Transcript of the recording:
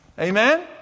Amen